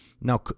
Now